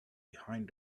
behind